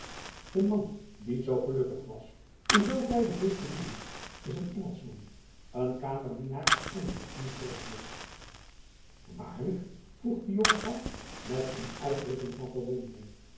de man die zoo gelukkig was u zoo tijdig hulp te bieden is een engelschman een kamerdienaar van mijn vriend sylvius waarlijk vroeg de jonkvrouw met een uitdrukking van verwondering